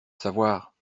savoir